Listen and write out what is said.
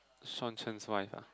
Shawn-Chen's wife ah